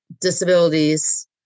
disabilities